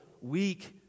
weak